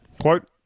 Quote